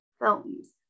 films